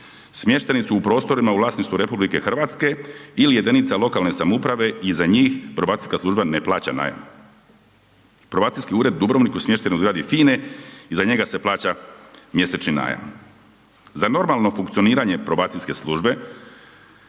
smješteni su u prostorima u vlasništvu RH ili jedinica lokalne samouprave i za njih probacijska služba ne plaća najam. Probacijski ured Dubrovnik smješten u zgradi FINE i za njega se plaća mjesečni najam. Za normalno funkcioniranje probacijske službe